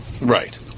Right